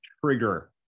trigger